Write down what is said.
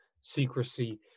secrecy